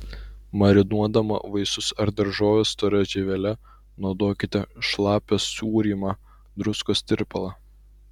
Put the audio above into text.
marinuodama vaisius ar daržoves stora žievele naudokite šlapią sūrymą druskos tirpalą